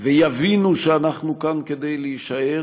ויבינו שאנחנו כאן כדי להישאר